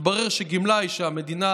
התברר שגמלאי המדינה